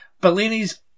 Bellini's